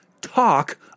talk